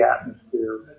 atmosphere